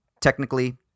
technically